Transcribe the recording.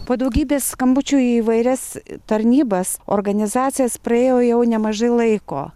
po daugybės skambučių į įvairias tarnybas organizacijas praėjo jau nemažai laiko